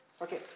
Okay